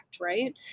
right